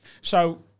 So-